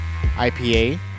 IPA